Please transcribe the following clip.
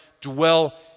dwell